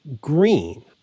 green